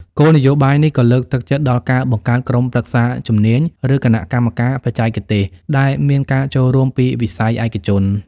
គោលនយោបាយនេះក៏លើកទឹកចិត្តដល់ការបង្កើតក្រុមប្រឹក្សាជំនាញ ឬគណៈកម្មការបច្ចេកទេស ដែលមានការចូលរួមពីវិស័យឯកជន។